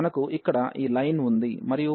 మనకు ఇక్కడ ఈ లైన్ ఉంది మరియు పారాబొలా yx2